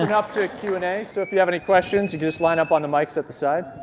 and up to q and a, so if you have any questions you could just line up on the mics at the side.